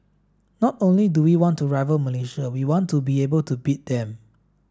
not only do we want to rival Malaysia we want to be able to beat them